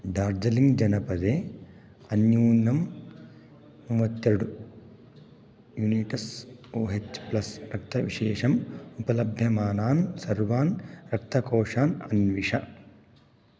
दार्जलिङ्गजनपदे अन्यून्नं मूवत्तेरडु units O H plus रक्तविशेषम् उपलभ्यमानान् सर्वान् रक्तकोषान् अन्विष